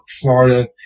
Florida